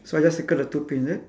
so I just circle the two pins is it